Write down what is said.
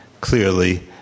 clearly